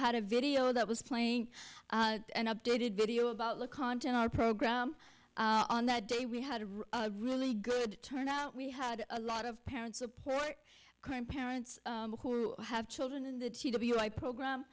had a video that was playing and updated video about the content our program on that day we had a really good turnout we had a lot of parents support grandparents who have children in the t w i program